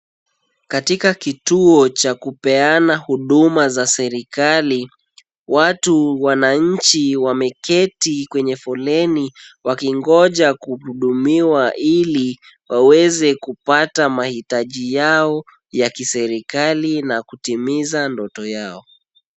Katika kituo cha kupeana huduma za serikali, watu wananchi wameketi kwenye foleni wakingoja kugudumiwa ili waweze kupata mahitaji yao ya kiserikali na kutimiza ndoto yao.